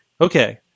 Okay